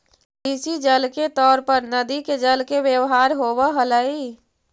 कृषि जल के तौर पर नदि के जल के व्यवहार होव हलई